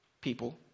people